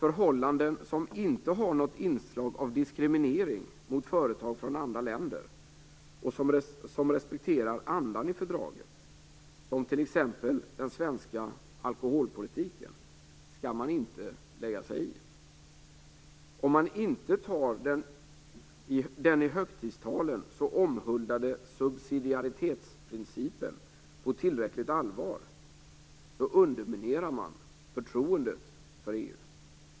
Förhållanden som inte har något inslag av diskriminering mot företag från andra länder och som respekterar andan i fördraget, som t.ex. den svenska alkoholpolitiken, skall man inte lägga sig i.